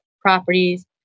properties